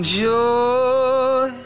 joy